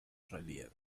relieve